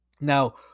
now